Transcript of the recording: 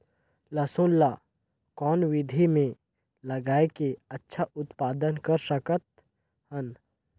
लसुन ल कौन विधि मे लगाय के अच्छा उत्पादन कर सकत हन?